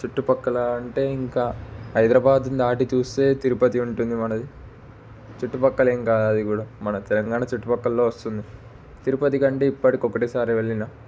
చుట్టుపక్కల అంటే ఇంకా హైదరాబాదు దాటి చూస్తే తిరుపతి ఉంటుంది మనది చుట్టుపక్కల ఇంకా అది కూడా మన తెలంగాణ చుట్టుపక్కలలో వస్తుంది తిరుపతికంటే ఇప్పటికి ఒకటేసారి వెళ్ళిన